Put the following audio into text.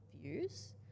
views